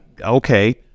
okay